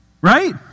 Right